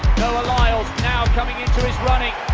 noah lyles now coming into his running.